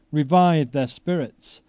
revived their spirits,